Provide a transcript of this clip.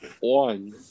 one